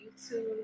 YouTube